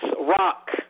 Rock